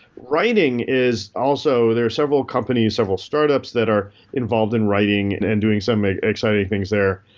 writing is also there are several companies, several startups that are involved in writing and and doing some exciting things there.